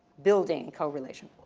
building correlation.